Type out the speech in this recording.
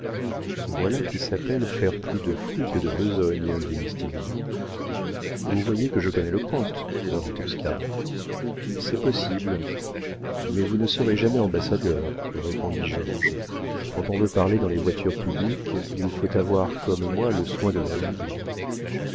voilà qui s'appelle faire plus de fruit que de besogne dit mistigris vous voyez que je connais le comte leur dit oscar c'est possible mais vous ne serez jamais ambassadeur répondit georges quand on veut parler dans les voitures publiques il faut avoir comme moi le soin de ne rien dire